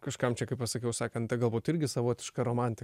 kažkam čia kaip pasakiau sakanttai galbūt irgi savotiška romantika